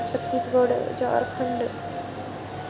Chhattisgarh Jharkhand